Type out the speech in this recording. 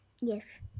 Yes